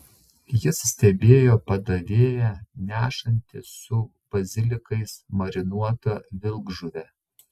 ji stebėjo padavėją nešantį su bazilikais marinuotą vilkžuvę